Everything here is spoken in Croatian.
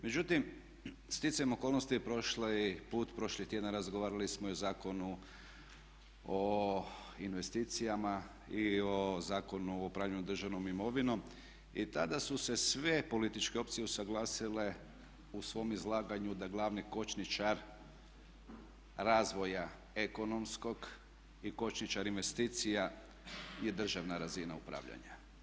Međutim, sticajem okolnosti prošli put, prošli tjedan razgovarali smo i o Zakonu o investicijama i o Zakonu o upravljanju državnom imovinom i tada su se sve političke opcije usaglasile u svom izlaganju da glavni kočničar razvoja ekonomskog i kočničar investicija je državna razina upravljanja.